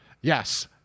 yes